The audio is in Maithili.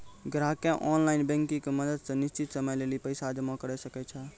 ग्राहकें ऑनलाइन बैंकिंग के मदत से निश्चित समय लेली पैसा जमा करै सकै छै